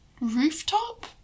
rooftop